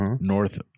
north